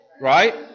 right